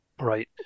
right